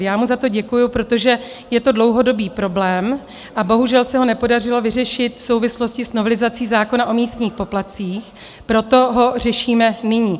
Já mu za to děkuji, protože je to dlouhodobý problém a bohužel se ho nepodařilo vyřešit v souvislosti s novelizací zákona o místních poplatcích, proto ho řešíme nyní.